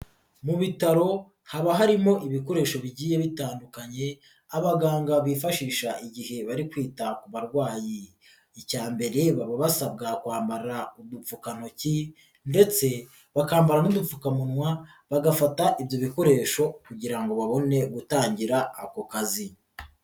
Mu bitaro haba harimo ibikoresho bigiye bitandukanye abaganga bifashisha igihe bari kwita ku barwayi, icya mbere baba basabwa kwambara udupfukantoki ndetse bakambara n'udupfukamunwa bagafata ibyo bikoresho kugira ngo babone gutangira ako kazi.